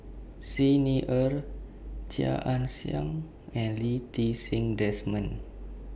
Xi Ni Er Chia Ann Siang and Lee Ti Seng Desmond